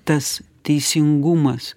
tas teisingumas